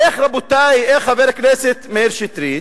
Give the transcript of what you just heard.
איך, רבותי, איך, חבר הכנסת מאיר שטרית,